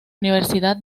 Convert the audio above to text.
universidad